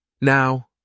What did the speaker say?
Now